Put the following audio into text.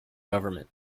government